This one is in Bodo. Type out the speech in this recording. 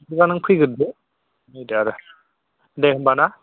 बिदिब्ला नों फैग्रोदो दे होमब्ला ना